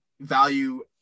Value